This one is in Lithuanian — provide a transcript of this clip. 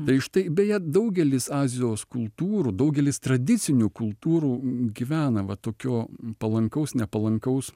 tai štai beje daugelis azijos kultūrų daugelis tradicinių kultūrų gyvena va tokio palankaus nepalankaus